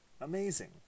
amazing